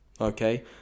Okay